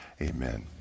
Amen